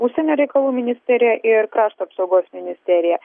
užsienio reikalų ministerija ir krašto apsaugos ministerija